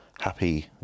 happy